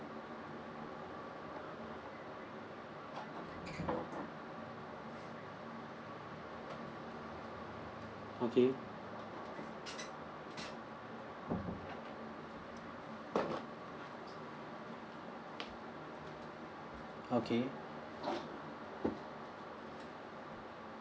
okay okay